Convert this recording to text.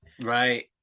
Right